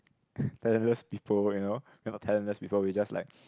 talentless people well then a talentless people we just like